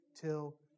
till